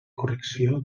correcció